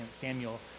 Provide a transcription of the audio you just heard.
Samuel